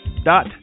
dot